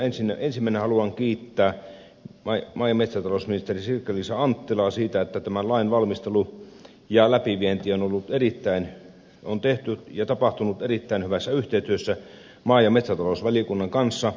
ensin minä haluan kiittää maa ja metsätalousministeri sirkka liisa anttilaa siitä että tämän lain valmistelu ja läpivienti on tehty ja tapahtunut erittäin hyvässä yhteistyössä maa ja metsätalousvaliokunnan kanssa